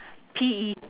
P E